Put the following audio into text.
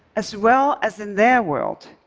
as well as in their world,